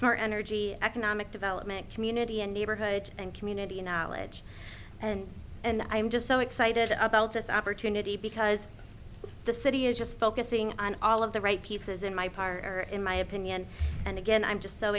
star energy economic development community and neighborhood and community knowledge and and i'm just so excited about this opportunity because the city is just focusing on all of the right pieces in my power in my opinion and again i'm just so